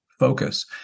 focus